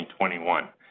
2021